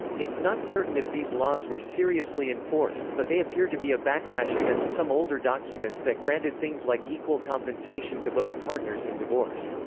it's not certain if these laws were seriously enforced, but they appear to be a backlash against some older documents that granted things like equal compensation to both partners in divorce.